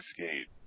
Skate